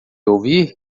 ouvir